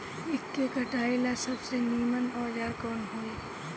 ईख के कटाई ला सबसे नीमन औजार कवन होई?